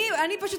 אני פשוט,